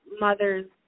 mother's